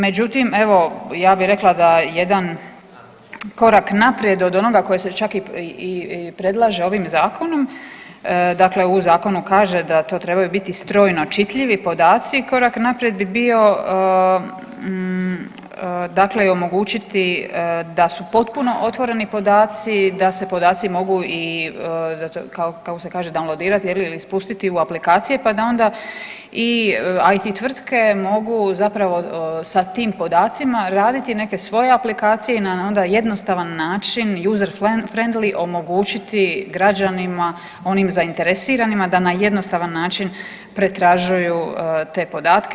Međutim, evo ja bi rekla da jedan korak naprijed od onoga koji se čak i predlaže ovim zakonom, dakle u zakonu kaže da to trebaju biti strojno čitljivi podaci, korak naprijed bi bio dakle i omogućiti da su potpuno otvoreni podaci, da se podaci mogu i kako se kaže downloadirati ili spustiti u aplikacije pa onda i IT tvrtke mogu zapravo sa tim podacima raditi neke svoje aplikacije i na onda jednostavan način juzer-frendly omogućiti građanima onim zainteresiranima da na jednostavan način pretražuju te podatke.